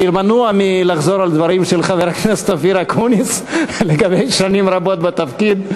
אני מנוע מלחזור על הדברים של חבר הכנסת אקוניס לגבי שנים רבות בתפקיד.